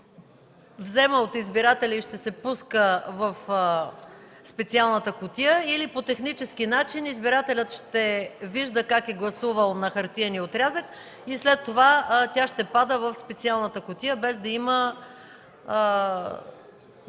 вземе от избирателя и ще се пуска в специалната кутия, или по технически начин избирателят ще вижда как е гласувал на хартиения отрязък и след това тя ще пада в специалната кутия, без да има